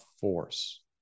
force